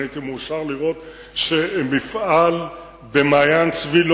הייתי מאושר לראות שמפעל במעיין-ברוך לא